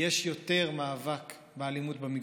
יש יותר מאבק באלימות במגרשים,